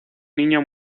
niño